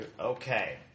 Okay